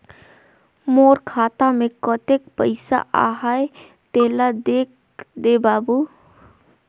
मोर खाता मे कतेक पइसा आहाय तेला देख दे बाबु?